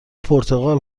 پرتقال